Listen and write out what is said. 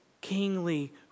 kingly